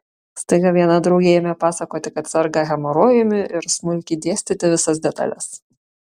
staiga viena draugė ėmė pasakoti kad serga hemorojumi ir smulkiai dėstyti visas detales